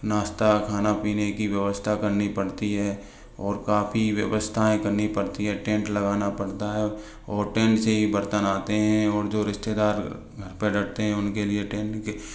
नाश्ता खाने पीने की व्यवस्था करनी पड़ती है और काफ़ी व्यवस्थाएं करनी पड़ती हैं टेंट लगाना पड़ता है और टेंट से ही बर्तन आते हैं और जो रिश्तेदार हैं उन के लिए टेंट के